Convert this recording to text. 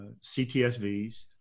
CTSVs